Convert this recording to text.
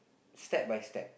step by step